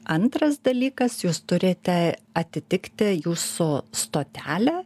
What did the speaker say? antras dalykas jūs turite atitikti jūsų stotelę